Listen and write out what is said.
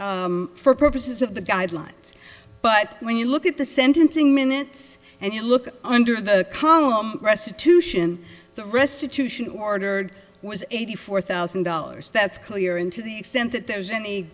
loss for purposes of the guidelines but when you look at the sentencing minutes and you look under the column restitution restitution ordered was eighty four thousand dollars that's clear and to the extent that there's any